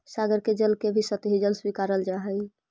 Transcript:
सागर के जल के भी सतही जल स्वीकारल जा हई